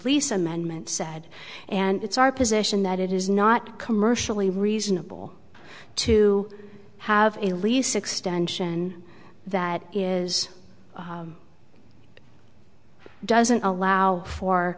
lease amendment said and it's our position that it is not commercially reasonable to have a lease extension that is doesn't allow for